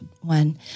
one